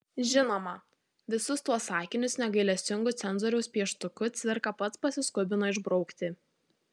žinoma visus tuos sakinius negailestingu cenzoriaus pieštuku cvirka pats pasiskubino išbraukti